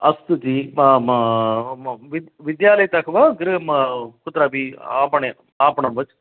अस्तु जि म म विद् विद्यालयतः वा गृहमा कुत्रापि आपणे आपणं वा